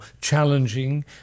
challenging